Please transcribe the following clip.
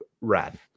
rad